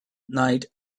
night